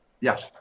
yes